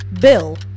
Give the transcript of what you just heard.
Bill